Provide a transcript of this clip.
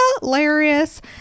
hilarious